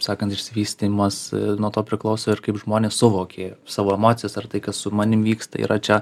sakant išsivystymas nuo to priklauso ir kaip žmonės suvokė savo emocijas ar tai kas su manim vyksta yra čia